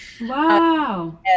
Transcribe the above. Wow